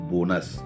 Bonus